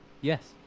Yes